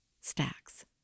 stacks